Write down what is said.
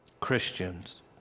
Christians